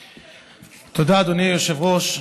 תודה, אדוני היושב-ראש.